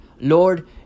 Lord